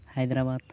Hyderabad